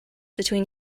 between